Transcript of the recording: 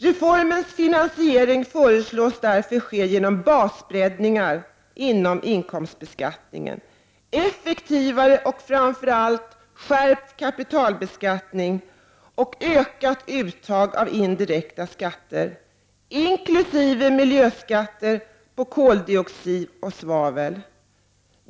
Reformens finansiering föreslås därför ske genom basbreddningar inom inkomstbeskattningen, effektivare och framför allt skärpt kapitalbeskattning samt ökat uttag av indirekta skatter, inkl. miljöskatter på koldioxid och svavel.